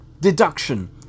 deduction